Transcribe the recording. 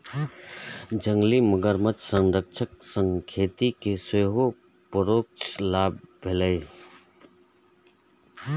जंगली मगरमच्छ संरक्षण सं खेती कें सेहो परोक्ष लाभ भेलैए